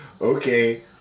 okay